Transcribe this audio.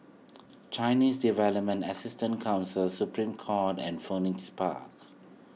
Chinese Development Assistance Council Supreme Court and Phoenix Park